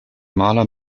maler